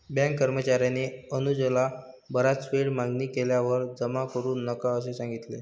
bank कर्मचार्याने अनुजला बराच वेळ मागणी केल्यावर जमा करू नका असे सांगितले